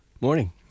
Morning